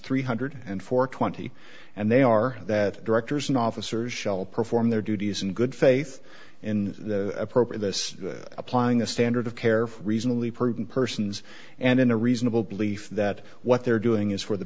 three hundred and four twenty and they are that directors and officers shall perform their duties in good faith in the appropriate this applying the standard of care for reasonably prudent persons and in a reasonable belief that what they're doing is for the